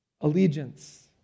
allegiance